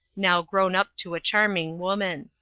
now grown up to a charming woman.